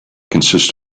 consists